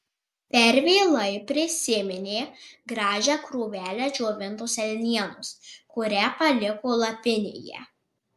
per vėlai prisiminė gražią krūvelę džiovintos elnienos kurią paliko lapinėje